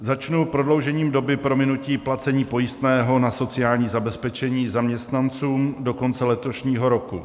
Začnu prodloužením doby prominutí placení pojistného na sociální zabezpečení zaměstnanců do konce letošního roku.